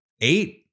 eight